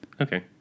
Okay